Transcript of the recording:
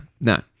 no